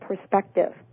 perspective